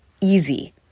easy